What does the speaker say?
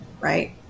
right